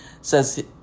says